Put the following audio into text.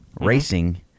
racing